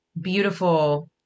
beautiful